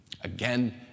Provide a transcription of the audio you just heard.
Again